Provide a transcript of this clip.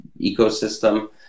ecosystem